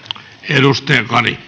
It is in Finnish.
arvoisa